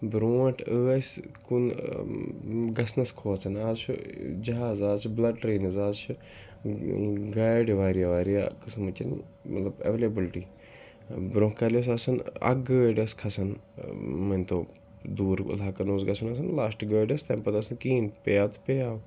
برٛونٛٹھ ٲسۍ کُن گژھنَس کھوژان آز چھُ جَہاز آز چھِ بٕلَٹ ٹرٛینٕز آز چھِ گاڑِ واریاہ واریاہ قٕسمٕچَن مطلب اٮ۪ویلیبٕلٹی برٛونٛہہ کالہِ ٲسۍ آسان اَکھ گٲڑۍ ٲس کھَسان مٲنۍتو دوٗر علاقن اوس گژھُن آسان لاسٹ گٲڑۍ ٲس تَمہِ پَتہٕ ٲس نہٕ کِہیٖنۍ پیٚیو تہٕ پیٚیو